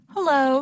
Hello